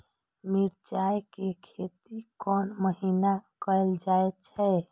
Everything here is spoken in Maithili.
मिरचाय के खेती कोन महीना कायल जाय छै?